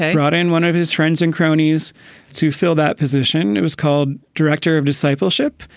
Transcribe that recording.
brought in one of his friends and cronies to fill that position. it was called director of discipleship.